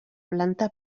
planta